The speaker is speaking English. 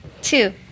Two